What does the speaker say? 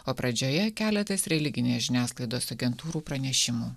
o pradžioje keletas religinės žiniasklaidos agentūrų pranešimų